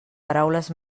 paraules